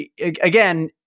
again